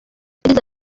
yagize